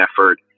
effort